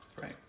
Right